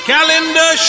Calendar